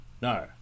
No